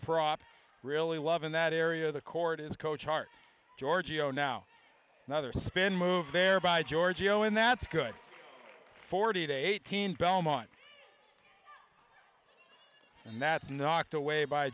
prop really love in that area of the court is coach hart giorgio now another spin move there by giorgio and that's good forty eight eighteen belmont and that's knocked away by